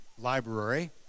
library